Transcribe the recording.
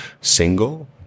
single